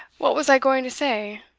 what was i going to say?